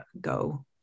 go